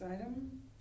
item